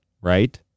right